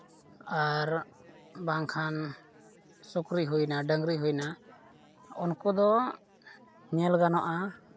ᱟᱨ ᱵᱟᱝᱠᱷᱟᱱ ᱥᱩᱠᱨᱤ ᱦᱩᱭᱱᱟ ᱰᱟᱝᱨᱤ ᱦᱩᱭᱱᱟ ᱩᱱᱠᱩ ᱫᱚ ᱧᱮᱞ ᱜᱟᱱᱚᱜᱼᱟ